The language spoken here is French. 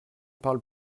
parle